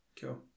cool